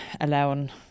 allowing